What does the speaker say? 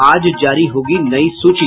आज जारी होगी नयी सूची